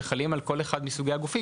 שחלים על כל אחד מסוגי הגופים.